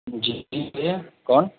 जी भैया कौन